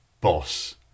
boss